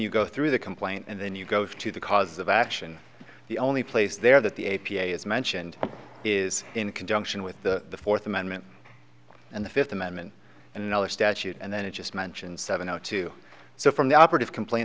you go through the complaint and then you go to the cause of action the only place there that the a p a is mentioned is in conjunction with the fourth amendment and the fifth amendment and other statute and then it just mentioned seven o two so from the operative complain